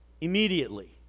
immediately